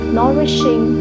nourishing